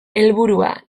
helburua